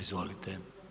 Izvolite.